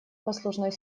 послужной